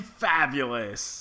fabulous